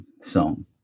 song